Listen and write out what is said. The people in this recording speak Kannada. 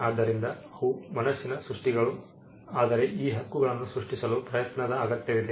ಆದ್ದರಿಂದ ಅವು ಮನಸ್ಸಿನ ಸೃಷ್ಟಿಗಳು ಆದರೆ ಈ ಹಕ್ಕುಗಳನ್ನು ಸೃಷ್ಟಿಸಲು ಪ್ರಯತ್ನದ ಅಗತ್ಯವಿದೆ